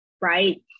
right